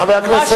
חבר הכנסת רותם.